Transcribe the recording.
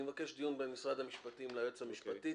אני מבקש דיון בין משרד המשפטים ליועץ המשפטי.